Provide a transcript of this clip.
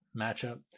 matchup